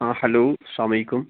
آ ہیٚلو سلامُ علیکُم